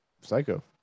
Psycho